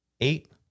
eight